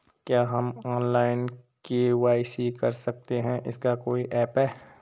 क्या हम online KYC कर सकते हैं इसका कोई ऐप है?